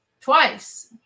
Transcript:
twice